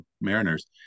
mariners